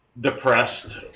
Depressed